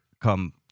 come